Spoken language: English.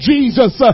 Jesus